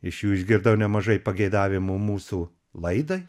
iš jų išgirdau nemažai pageidavimų mūsų laidai